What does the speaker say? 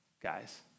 guys